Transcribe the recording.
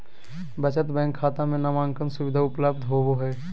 बचत बैंक खाता में नामांकन सुविधा उपलब्ध होबो हइ